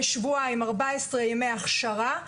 ב-14 ימי הכשרה,